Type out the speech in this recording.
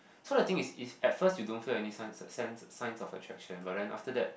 so the thing is is at first you don't feel any signs signs signs of attraction but then after that